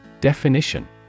Definition